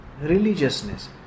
religiousness